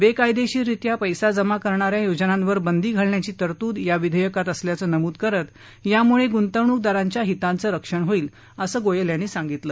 बेकायदेशीररीत्या पैसा जमा करण्यान्या योजनांवर बंदी घालण्याची तरतूद या विधेयकात असल्याचं नमूद करत यामुळे गुंतवणूकदारांच्या हिताचं रक्षण होईल असं गोयल यांनी सांगितलं